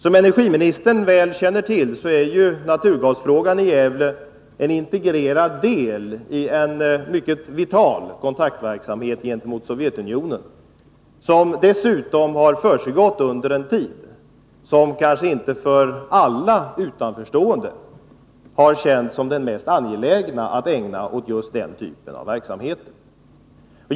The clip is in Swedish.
Som energiministern väl känner till är ju dessutom naturgasfrågan i Gävle en integrerad del i en mycket vital kontaktverksamhet gentemot Sovjetunionen — som försiggått under en tid då det kanske inte för alla utanförstående har känts som mest angeläget att ägna sig åt just den typen av verksamhet.